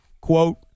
quote